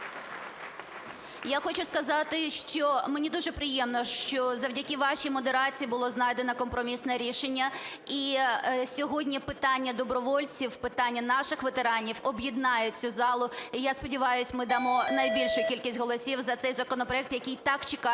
Я хочу сказати, що мені дуже приємно, що завдяки вашій модерації було знайдено компромісне рішення, і сьогодні питання добровольців, питання наших ветеранів об'єднають цю залу і, я сподіваюсь, ми дамо найбільшу кількість голосів за цей законопроект, який так чекають